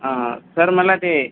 हा हा सर मला ते